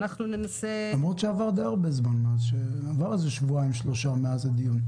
למרות שעברו שבועיים-שלושה מאז הדיון.